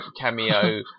cameo